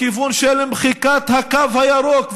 בכיוון של מחיקת הקו הירוק.